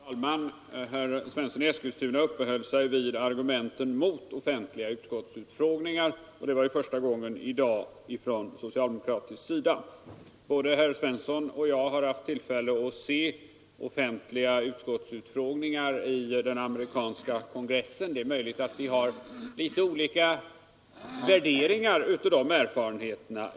Fru talman! Herr Svensson i Eskilstuna uppehöll sig vid argumenten mot offentliga utskottsutfrågningar, och det var första gången i dag så skedde från socialdemokratisk sida. Herr Svensson och jag har haft tillfälle att se offentliga utskottsutfrågningar i den amerikanska kongressen. Det är möjligt att vi har litet olika värderingar av dessa erfarenheter.